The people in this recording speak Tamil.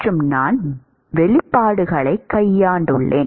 மற்றும் நான் வெளிப்பாடுகளை கையாண்டுள்ளேன்